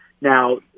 Now